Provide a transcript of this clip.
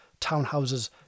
townhouses